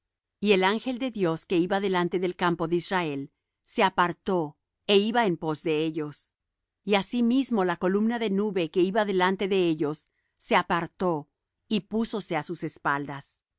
y el ángel de dios que iba delante del campo de israel se apartó é iba en pos de ellos y asimismo la columna de nube que iba delante de ellos se apartó y púsose á sus espaldas